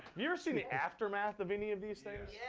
you ever see the aftermath of any of these things?